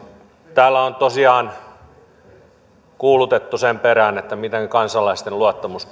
täällä on tosiaan kuulutettu sen perään miten kansalaisten luottamus